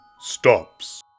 stops